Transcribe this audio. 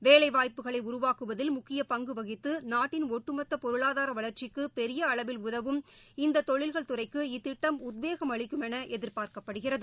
வேலைவாய்ப்புக்களை உருவாக்குவதில் முக்கிய பங்கு வகித்து நாட்டின் ஒட்டுமொத்த பொருளாதார வளர்ச்சிக்கு பெரிய அளவில் உதவும் இந்த தொழில்கள் துறைக்கு இத்திட்டம் உத்வேகம் அளிக்கும் என எதிர்பார்க்கப்படுகிறது